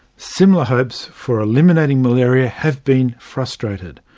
similar hopes for eliminating malaria have been frustrated,